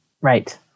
Right